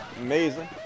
amazing